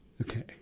Okay